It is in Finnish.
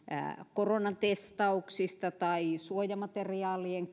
koronatestauksiin tai suojamateriaalien